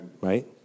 Right